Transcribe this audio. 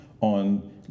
on